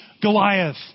Goliath